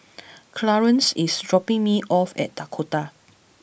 Clarance is dropping me off at Dakota